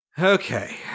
Okay